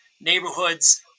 neighborhoods